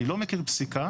אני לא מכיר פסיקה,